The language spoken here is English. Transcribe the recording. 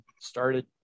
started